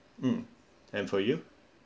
um and for you